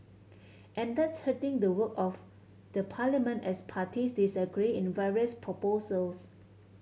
and that's hurting the work of the parliament as parties disagree in various proposals